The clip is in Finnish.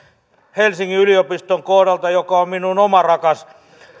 helsingin yliopiston kohdalla joka on minun oma rakas